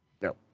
No